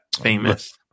famous